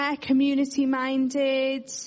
community-minded